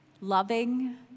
loving